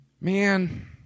Man